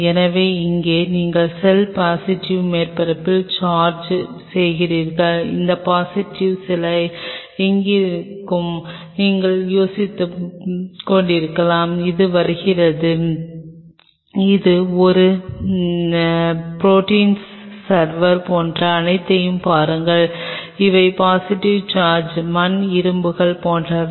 எனவே இங்கே நீங்கள் செல் பாசிட்டிவ் மேற்பரப்பில் சார்ஜ் செய்கிறீர்கள் இந்த பாசிட்டிவ் சில எங்கிருந்து நீங்கள் யோசித்துக்கொண்டிருக்கலாம் அது வருகிறது இது ஒரு ப்ரோடீன்ஸ் சர்வர் போன்ற அனைத்தையும் பாருங்கள் அவை பாசிட்டிவ் சார்ஜ் மண் இரும்புகள் போன்றவை